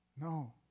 No